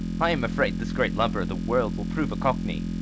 i am afraid this great lubber, the world, will prove a cockney.